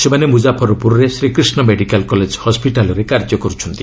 ସେମାନେ ମୁଜାଫରପୁରର Srikrishna medical college ହସ୍କିଟାଲ୍ରେ କାର୍ଯ୍ୟ କର୍ଚ୍ଛନ୍ତି